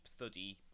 thuddy